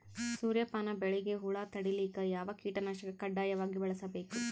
ಸೂರ್ಯಪಾನ ಬೆಳಿಗ ಹುಳ ತಡಿಲಿಕ ಯಾವ ಕೀಟನಾಶಕ ಕಡ್ಡಾಯವಾಗಿ ಬಳಸಬೇಕು?